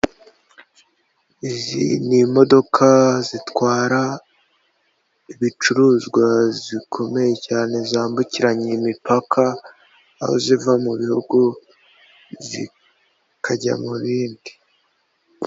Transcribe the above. Izi ni imodoka zitwara ibicuruzwa zikomeye cyane zambukiranya imipaka, aho ziva mu bihugu zikajya mu bindi.